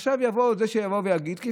עכשיו יבוא זה שיבוא ויגיד שיש מדינות,